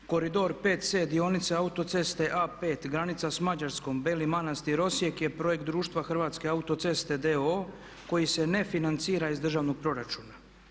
Koridor 5C dionice autoceste A5 granica s Mađarskom, Beli Manastir, Osijek je projekt društva Hrvatske autoceste d.o.o. koji se ne financira iz državnog proračuna.